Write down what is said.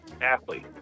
Athlete